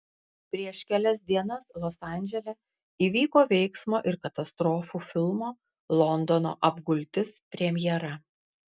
prieš kelias dienas los andžele įvyko veiksmo ir katastrofų filmo londono apgultis premjera